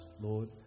Lord